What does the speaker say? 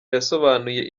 yasobanuye